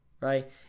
right